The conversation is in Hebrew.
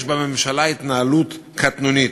יש בממשלה התנהלות קטנונית,